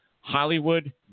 hollywood